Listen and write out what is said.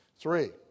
Three